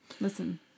Listen